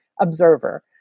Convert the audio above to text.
observer